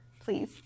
please